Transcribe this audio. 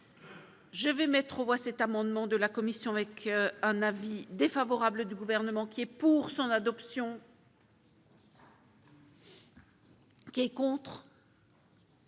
Je vais mettre aux voix cet amendement de la commission avec un avis défavorable du gouvernement qui est pour son adoption. Il est adopté.